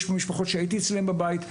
יש משפחות שהייתי אצלן בבית.